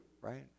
right